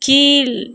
கீழ்